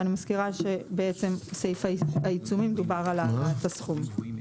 ואני מזכירה שבעצם סעיף העיצומים דיברני על העלאת הסכום.